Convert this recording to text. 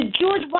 George